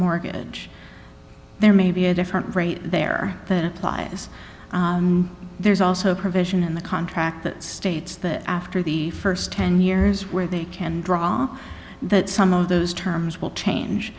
mortgage there may be a different rate there that applies there's also a provision in the contract that states that after the st ten years where they can draw that some of those terms will change